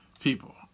people